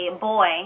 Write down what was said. boy